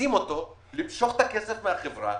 מתמרצים אותו למשוך את הכסף מהחברה